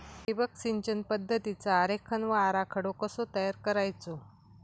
ठिबक सिंचन पद्धतीचा आरेखन व आराखडो कसो तयार करायचो?